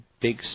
big